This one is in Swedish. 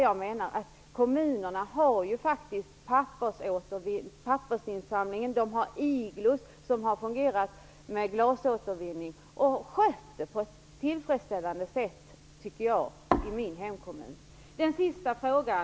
Jag menar att kommunerna ju har pappersinsamling, och de har iglos för glasåtervinning. De har skött det på ett tillfredsställande sätt i min hemkommun.